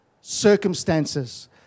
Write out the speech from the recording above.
circumstances